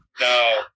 No